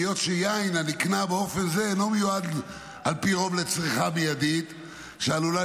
היות שיין הנקנה באופן זה אינו מיועד על פי רוב לצריכה מיידית שעלולה